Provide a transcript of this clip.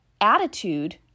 attitude